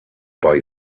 boy